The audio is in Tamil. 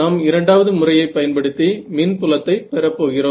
நாம் இரண்டாவது முறையை பயன்படுத்தி மின் புலத்தை பெறப் போகிறோம்